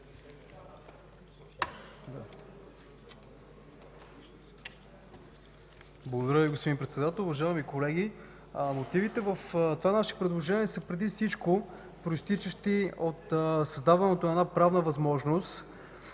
Благодаря Ви, господин Председател. Уважаеми колеги, мотивите в нашето предложение са преди всичко произтичащи от създаването на правна възможност